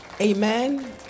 Amen